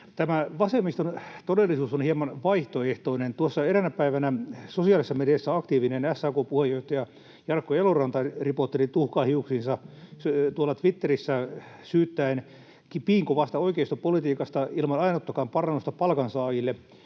Tämä vasemmiston todellisuus on hieman vaihtoehtoinen. Tuossa eräänä päivänä sosiaalisessa mediassa aktiivinen SAK:n puheenjohtaja Jarkko Eloranta ripotteli tuhkaa hiuksiinsa tuolla Twitterissä syyttäen piinkovasta oikeistopolitiikasta ilman ainuttakaan parannusta palkansaajille.